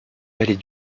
vallée